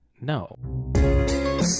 No